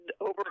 over